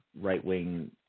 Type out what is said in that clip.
right-wing